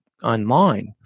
Online